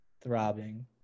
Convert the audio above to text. Throbbing